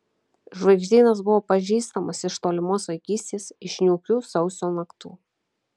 žvaigždynas buvo pažįstamas iš tolimos vaikystės iš niūkių sausio naktų